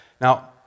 Now